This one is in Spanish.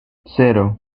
cero